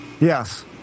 Yes